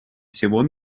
всего